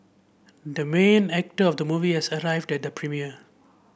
the main actor of the movie has arrived at the premiere